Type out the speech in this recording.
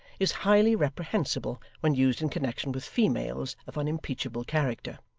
is highly reprehensible when used in connection with females of unimpeachable character,